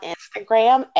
Instagram